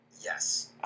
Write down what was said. Yes